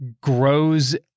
grows